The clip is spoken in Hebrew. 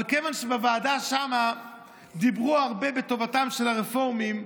אבל כיוון שבוועדה שם דיברו הרבה בטובתם של הרפורמים,